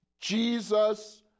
Jesus